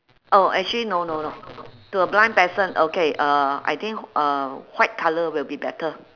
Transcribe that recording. oh actually no no no to a blind person okay uh I think uh white colour will be better